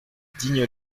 digne